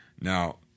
Now